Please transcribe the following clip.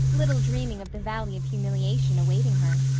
little dreaming of the valley of humiliation awaiting her.